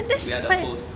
we are the host